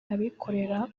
abikorera